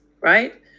right